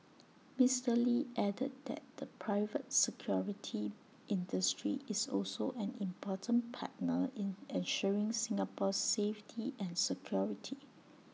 Mister lee added that the private security industry is also an important partner in ensuring Singapore's safety and security